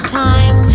time